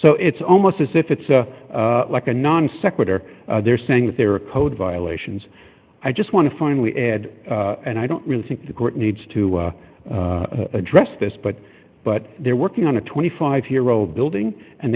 so it's almost as if it's like a non sequitur they're saying that there are code violations i just want to finally add and i don't really think the court needs to address this but but they're working on a twenty five year old building and